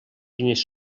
quines